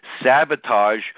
sabotage